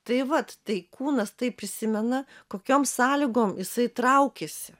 tai vat tai kūnas tai prisimena kokiom sąlygom jisai traukėsi